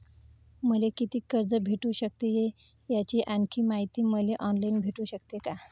मले कितीक कर्ज भेटू सकते, याची आणखीन मायती मले ऑनलाईन भेटू सकते का?